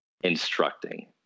instructing